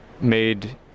made